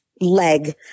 leg